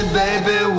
baby